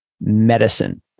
medicine